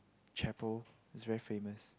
chapel is very famous